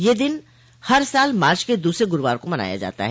यह दिन हर साल मार्च के दूसरे गुरूवार को मनाया जाता है